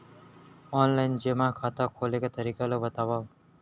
Online जेमा खाता खोले के तरीका ल बतावव?